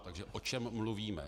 Takže o čem mluvíme!